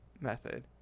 method